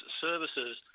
services